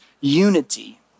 unity